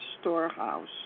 storehouse